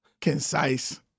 concise